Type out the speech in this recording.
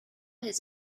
his